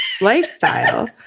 lifestyle